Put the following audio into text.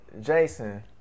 Jason